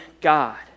God